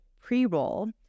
pre-roll